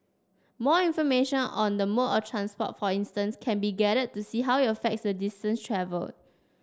more information on the mode of transport for instance can be gathered to see how it affects the distance travelled